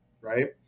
right